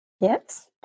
Yes